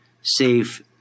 safe